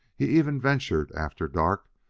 he even ventured, after dark,